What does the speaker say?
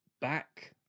back